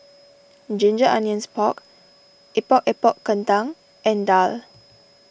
Ginger Onions Pork Epok Epok Kentang and Daal